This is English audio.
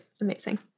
amazing